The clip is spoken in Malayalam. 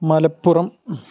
മലപ്പുറം